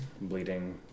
bleeding